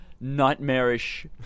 nightmarish